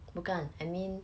bukan I mean